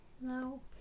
No